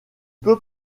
peux